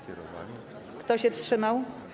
Kto się wstrzymał?